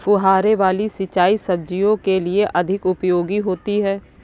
फुहारे वाली सिंचाई सब्जियों के लिए अधिक उपयोगी होती है?